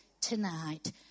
tonight